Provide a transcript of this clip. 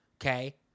okay